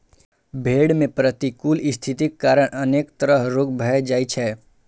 भेड़ मे प्रतिकूल स्थितिक कारण अनेक तरह रोग भए जाइ छै